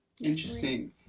interesting